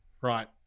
Right